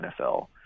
NFL